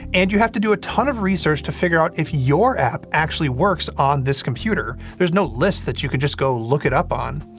and you have to do a ton of research to figure out if your app actually works on this computer. there's no list that you can just go look it up on.